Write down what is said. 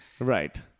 right